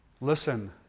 Listen